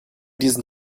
diesen